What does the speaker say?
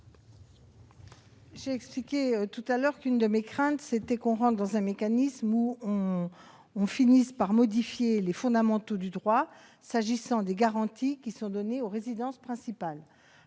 J'ai expliqué tout à l'heure qu'une de mes craintes était qu'on entre dans un mécanisme qui finira par modifier les fondamentaux du droit s'agissant des garanties données aux résidences principales.